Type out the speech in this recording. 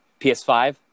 PS5